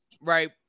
right